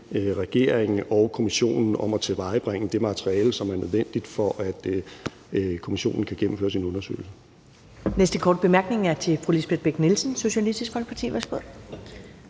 regeringen og kommissionen om at tilvejebringe det materiale, som er nødvendigt for, at kommissionen kan gennemføre sin undersøgelse.